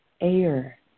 air